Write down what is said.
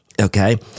okay